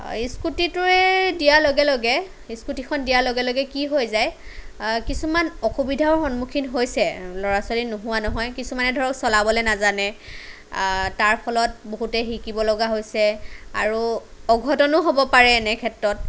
স্কুটিটোৱে দিয়াৰ লগে লগে স্কুটিখন দিয়াৰ লগে লগে কি হয় যায় কিছুমান অসুবিধাও সন্মুখীন হৈছে ল'ৰা ছোৱালীৰ নোহোৱা নহয় কিছুমানে ধৰক চলাবলে নাজানে তাৰফলত বহুতে শিকিবলগা হৈছে আৰু অঘটনো হ'ব পাৰে এনে ক্ষেত্ৰত